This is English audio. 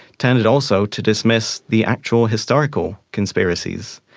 tended also to dismiss the actual historical conspiracies.